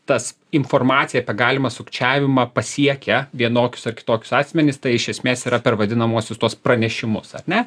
tas informacija apie galimą sukčiavimą pasiekia vienokius ar kitokius asmenis tai iš esmės yra per vadinamuosius tuos pranešimus ar ne